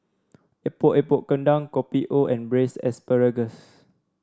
Epok Epok Kentang Kopi O and braise asparagus